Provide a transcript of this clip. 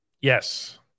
Yes